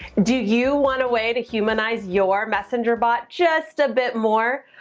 do you want a way to humanize your messenger bot just a bit more?